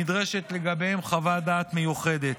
נדרשת לגביהם חוות דעת מיוחדת.